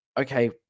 okay